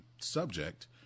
subject